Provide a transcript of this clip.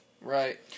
Right